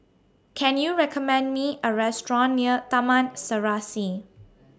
Can YOU recommend Me A Restaurant near Taman Serasi